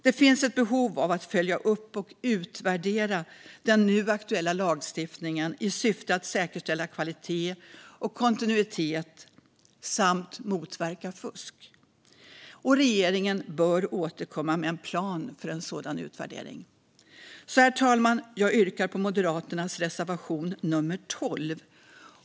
Det finns ett behov av att följa upp och utvärdera den nu aktuella lagstiftningen i syfte att säkerställa kvalitet och kontinuitet samt motverka fusk. Regeringen bör återkomma med en plan för en sådan utvärdering. Herr talman! Jag yrkar bifall till Moderaternas reservation nummer 12.